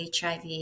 HIV